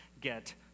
get